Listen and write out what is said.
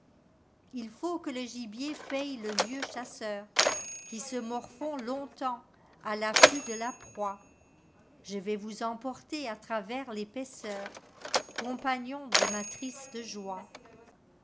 il faut que le gibier paye le vieux chasseurqui se morfond longtemps à l'affût de la proie je vais vous emporter à travers l'épuisseur compagnons de ma triste joie